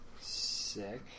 Sick